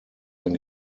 ein